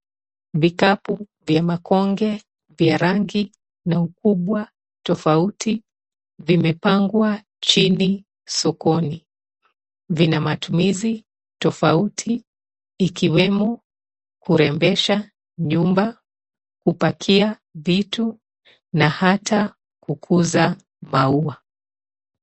Vikapu vya makonge vya rangi na ukubwa tofauti vimepangwa chini sokoni. Vina matumizi tofauti ikiwemo kurembesha nyumba, kupakia vitu na hata kukuza maua.